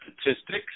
statistics